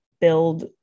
build